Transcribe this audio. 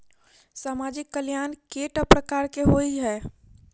सामाजिक कल्याण केट प्रकार केँ होइ है?